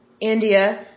India